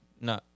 No